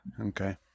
Okay